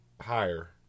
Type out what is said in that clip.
higher